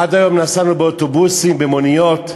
עד היום נסענו באוטובוסים, במוניות.